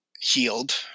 healed